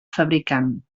fabricant